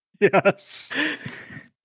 Yes